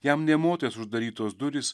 jam nė motais uždarytos durys